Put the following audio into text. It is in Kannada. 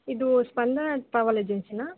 ಇದು ಸ್ಪಂದನ ಟ್ರಾವೆಲ್ ಏಜೆನ್ಸಿನಾ